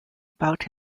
about